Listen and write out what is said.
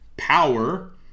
power